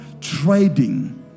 trading